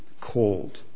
called